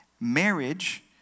marriage